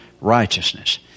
righteousness